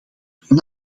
van